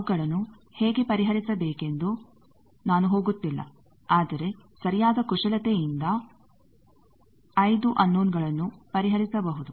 ಅವುಗಳನ್ನು ಹೇಗೆ ಪರಿಹರಿಸಬೇಕೆಂದು ನಾನು ಹೋಗುತ್ತಿಲ್ಲ ಆದರೆ ಸರಿಯಾದ ಕುಶಲತೆಯಿಂದ 5 ಅನ್ನೋನಗಳನ್ನು ಪರಿಹರಿಸಬಹುದು